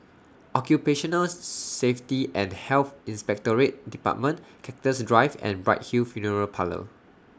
Occupational Safety and Health Inspectorate department Cactus Drive and Bright Hill Funeral Parlour